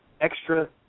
extra